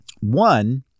One